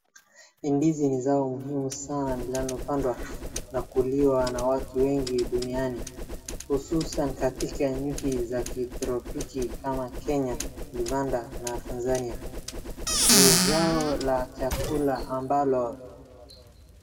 Ndizi ni zao muhimu sana linalopandwa na kuliwa na watu wengi duniani. Hususan katika nchi za kitropiki kama Kenya, Uganda, na Tanzania. Ni zao la chakula ambalo.